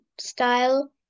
style